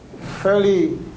fairly